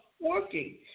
working